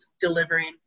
delivering